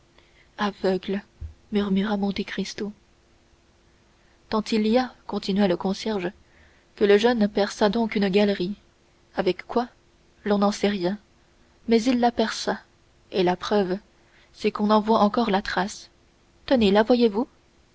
aveugles murmura monte cristo tant il y a continua le concierge que le jeune perça donc une galerie avec quoi l'on n'en sait rien mais il la perça et la preuve c'est qu'on en voit encore la trace tenez la voyez-vous